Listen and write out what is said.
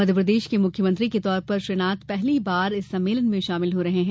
मध्य प्रदेश के मुख्यमंत्री के तौर पर श्री नाथ पहली बार इस सम्मेलन में शामिल हो रहे हैं